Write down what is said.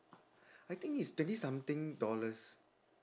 I think it's twenty something dollars